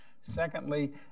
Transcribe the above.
Secondly